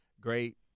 great